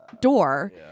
door